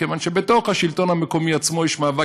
כיוון שבתוך מרכז השלטון המקומי עצמו יש מאבק